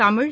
Tamil